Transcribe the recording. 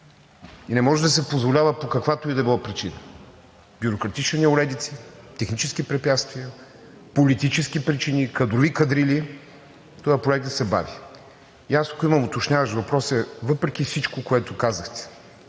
Не може да се позволяват по каквато и да било причина бюрократични неуредици, технически препятства, политически причини и кадрови кадрили този проект да се бави. И аз ако имам уточняващ въпрос, той е: въпреки всичко, което казахте,